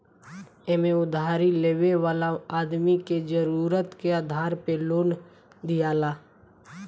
एमे उधारी लेवे वाला आदमी के जरुरत के आधार पे लोन दियाला